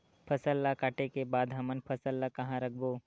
फसल ला काटे के बाद हमन फसल ल कहां रखबो?